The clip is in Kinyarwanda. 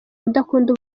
udakunda